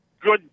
good